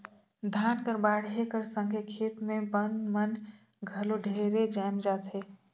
धान कर बाढ़े कर संघे खेत मे बन मन घलो ढेरे जाएम जाथे